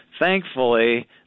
Thankfully